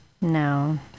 No